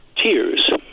tears